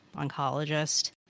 oncologist